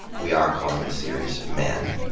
we are ca lling the series men.